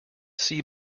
sea